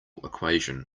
equation